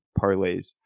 parlays